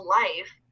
life